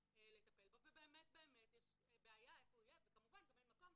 לטפל בו ובאמת באמת יש בעיה איפה הוא יהיה וכמובן גם אין מקום.